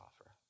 offer